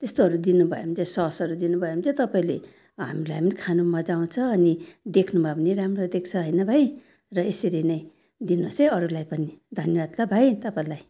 त्यस्तोहरू दिनुभयो भने चाहिँ ससहरू दिनुभयो भने चाहिँ तपाईँले हामलाई पनि खानु मज्जा आउँछ अनि देख्नुमा पनि राम्रो देख्छ होइन भाइ र यसरी नै दिनुहोस् है अरूलाई पनि धन्यवाद ल भाइ तपाईँलाई